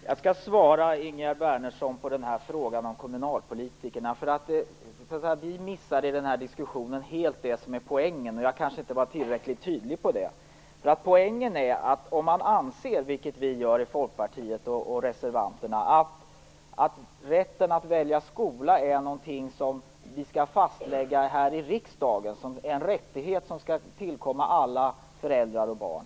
Herr talman! Jag skall svara Ingegerd Wärnersson på frågan om kommunalpolitikerna. Ni missar helt det som är poängen i den här diskussionen. Jag kanske inte var tillräckligt tydligt på den punkten. Poängen är att vi folkpartister och reservanter anser att det skall fastslås här i riksdagen att rätten att välja skola är något som skall tillkomma alla föräldrar och barn.